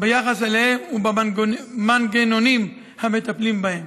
ביחס אליהם ובמנגנונים המטפלים בהם.